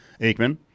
Aikman